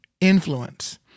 influence